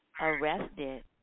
arrested